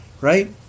Right